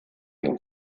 ihm